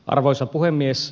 arvoisa puhemies